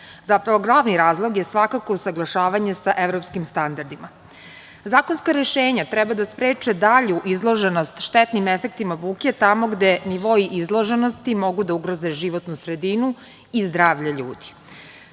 Zapravo, glavni razlog je svakako usaglašavanje sa evropskim standardima. Zakonska rešenja treba da spreče dalju izloženost štetnim efektima buke tamo gde nivoi izloženosti mogu da ugroze životnu sredinu i zdravlje ljudi.